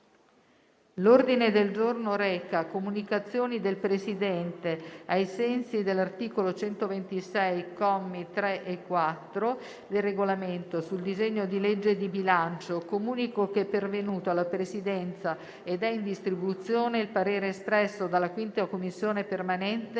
L'ordine del giorno reca: «Comunicazioni del Presidente, ai sensi dell'articolo 126, commi 3 e 4, del Regolamento sul disegno di legge di bilancio». Comunico che è pervenuto alla Presidenza - ed è in distribuzione - il parere espresso dalla 5a Commissione permanente,